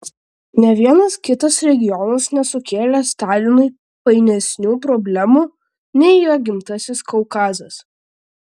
nė vienas kitas regionas nesukėlė stalinui painesnių problemų nei jo gimtasis kaukazas